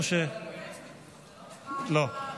לא.